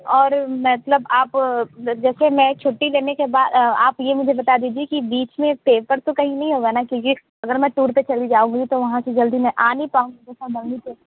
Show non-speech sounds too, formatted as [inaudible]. और मतलब आप जैसे मैं छुट्टी लेने के बाद आप ये मुझे बता दीजिए कि बीच में पेपर तो कहीं नहीं होगा ना क्योंकि अगर मैं टूर पर चली जाऊँगी तो वहाँ से जल्दी मैं आ नहीं पाऊँगी पेपर [unintelligible]